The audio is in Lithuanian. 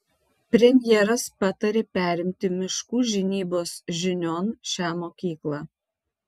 premjeras patarė perimti miškų žinybos žinion šią mokyklą